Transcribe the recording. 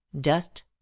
Dust